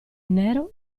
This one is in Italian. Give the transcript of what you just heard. nero